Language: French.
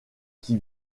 qui